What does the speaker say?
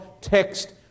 text